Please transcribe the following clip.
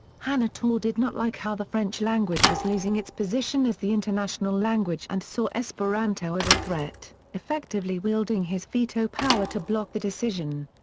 hanotaux did not like how the french language was losing its position as the international language and saw esperanto as a threat, effectively wielding his veto power to block the decision.